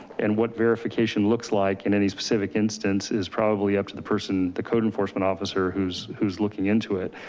and what verification looks like in any specific instance is probably up to the person, the code enforcement officer who's who's looking into it.